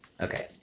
Okay